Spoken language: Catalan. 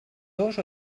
dos